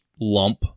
lump